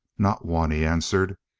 not one, he answered.